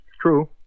True